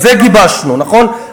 את זה גיבשנו, נכון?